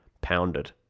pounded